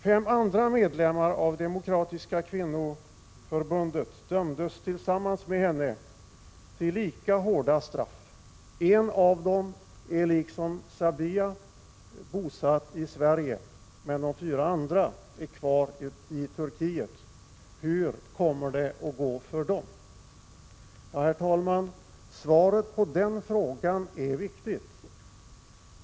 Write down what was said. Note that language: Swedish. Fem andra medlemmar av Demokratiska kvinnoförbundet dömdes tillsammans med henne till lika hårda straff. En av dem är liksom Sabiha bosatt i Sverige, men de fyra andra är kvar i Turkiet. Hur kommer det att gå för dem? Herr talman! Svaret på den frågan är viktigt.